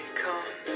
come